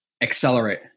Accelerate